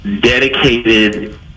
dedicated